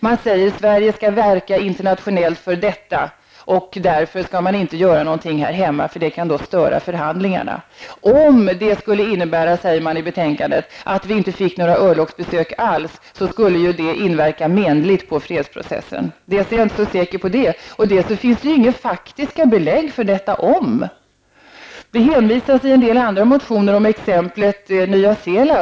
Man säger att Sverige skall verka internationellt för detta, och därför skall man inte göra någonting här hemma eftersom det kan störa förhandlingarna. Om det skulle medföra, säger man i betänkandet, att vi inte fick några örlogsbesök alls skulle det inverka menligt på fredsprocessen. Dels är jag inte så säker på det, dels finns det inga faktiska belägg för detta ''om''. Det hänvisas i en del andra motioner till exemplet Nya Zeeland.